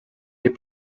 des